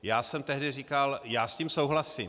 Já jsem tehdy říkal já s tím souhlasím.